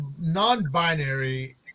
non-binary